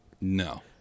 No